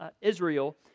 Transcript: Israel